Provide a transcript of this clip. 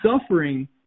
suffering